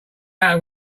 out